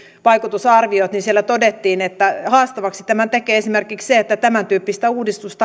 vaikutusarviot niin siellä todettiin niistä että haastavaksi tämän tekee esimerkiksi se että tämäntyyppistä uudistusta